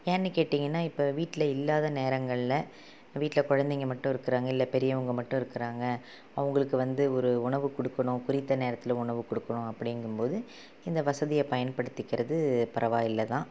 ஏன்னு கேட்டிங்கன்னால் இப்போ வீட்டில் இல்லாத நேரங்களில் வீட்டில் குழந்தைங்க மட்டும் இருக்கிறாங்க இல்லை பெரியவங்க மட்டும் இருக்கிறாங்க அவங்களுக்கு வந்து ஒரு உணவு கொடுக்கணும் குறித்த நேரத்தில் உணவு கொடுக்கணும் அப்படிங்கும் போது இந்த வசதியை பயன்படுத்திக்கிறது பரவாயில்லைதான்